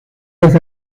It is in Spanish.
los